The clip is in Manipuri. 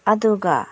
ꯑꯗꯨꯒ